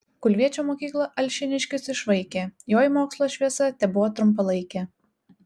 kulviečio mokyklą alšėniškis išvaikė joj mokslo šviesa tebuvo trumpalaikė